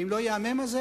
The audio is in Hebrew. ואם לא יהיה המ"ם הזה,